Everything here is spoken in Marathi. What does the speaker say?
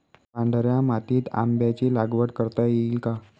पांढऱ्या मातीत आंब्याची लागवड करता येईल का?